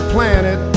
planet